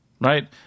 right